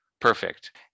perfect